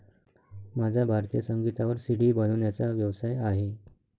माझा भारतीय संगीतावर सी.डी बनवण्याचा व्यवसाय आहे